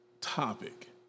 topic